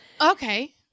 Okay